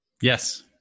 Yes